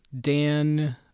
Dan